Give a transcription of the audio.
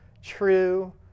true